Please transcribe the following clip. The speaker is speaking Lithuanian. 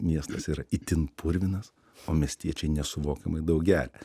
miestas yra itin purvinas o miestiečiai nesuvokiamai daug geria